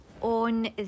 on